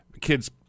kids